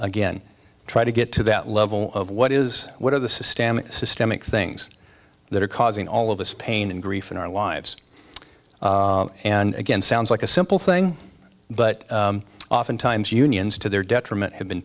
again try to get to that level of what is what are the systemic systemic things that are causing all of this pain and grief in our lives and again sounds like a simple thing but oftentimes unions to their detriment have been